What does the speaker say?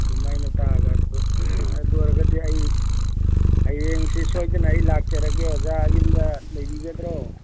ꯑꯗꯨꯃꯥꯏꯅ ꯇꯥꯕ ꯑꯗꯨ ꯑꯗꯨ ꯑꯣꯏꯔꯒꯗꯤ ꯑꯩ ꯍꯦꯌꯡꯁꯤ ꯁꯣꯏꯗꯅ ꯑꯩ ꯂꯥꯛꯆꯔꯒꯦ ꯁꯤꯗ ꯌꯨꯝꯗ ꯂꯩꯕꯤꯒꯗ꯭ꯔꯣ